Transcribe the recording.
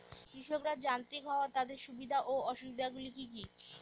কৃষকরা যান্ত্রিক হওয়ার তাদের সুবিধা ও অসুবিধা গুলি কি কি?